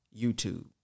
YouTube